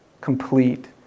complete